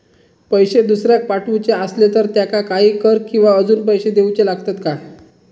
पैशे दुसऱ्याक पाठवूचे आसले तर त्याका काही कर किवा अजून पैशे देऊचे लागतत काय?